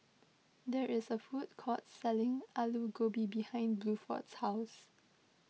there is a food court selling Alu Gobi behind Bluford's house